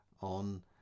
on